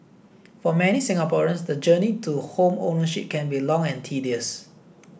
for many Singaporeans the journey to home ownership can be long and tedious